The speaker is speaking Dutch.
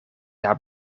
daar